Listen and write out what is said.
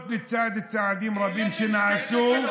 לצד צעדים רבים שנעשו,